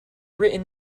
written